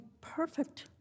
perfect